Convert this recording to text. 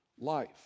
life